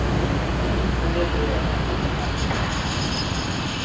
हांजी हांजी जनाब